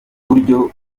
buryo